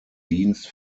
dienst